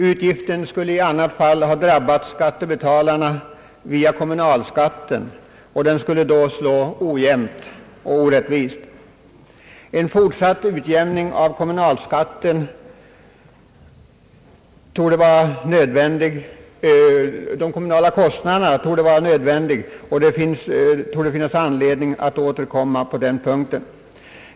Utgiften skulle i annat fall ha drabbat skattebetalarna via kommunalskatten, och den skulle då slå ojämnt och orättvist. En fortsatt utjämning av de kommunala kostnaderna torde vara nödvändig och det torde allt så finnas anledning att återkomma på den punkten.